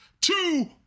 two